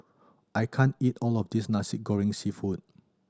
I can't eat all of this Nasi Goreng Seafood